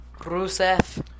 Rusev